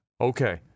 Okay